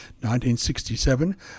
1967